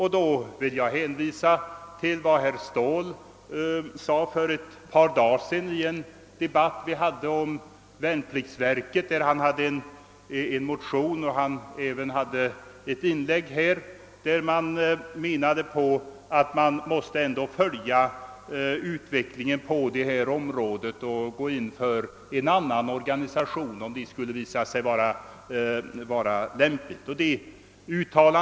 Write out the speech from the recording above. Herr Ståhl sade för ett par dagar sedan i en debatt om värnpliktsverket — han hade även väckt en motion i frågan — att man måste följa utvecklingen på detta område och gå in för en annan organisation om så skulle befinnas lämpligt.